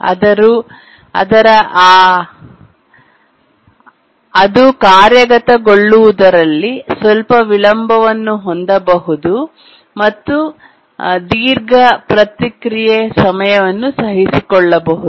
ಅವರು ಕಾರ್ಯಗತಗೊಳ್ಳುವದರಲ್ಲಿ ಸ್ವಲ್ಪ ವಿಳಂಬವನ್ನು ಹೊಂದಬಹುದು ಅಥವಾ ದೀರ್ಘ ಪ್ರತಿಕ್ರಿಯೆ ಸಮಯವನ್ನು ಸಹಿಸಿಕೊಳ್ಳಬಹುದು